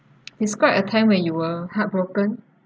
describe a time when you were heartbroken